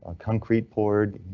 ah concrete poured.